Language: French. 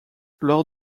lors